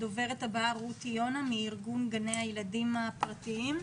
הדוברת הבאה רותי יונה מארגון גני הילדים הפרטיים.